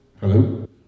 Hello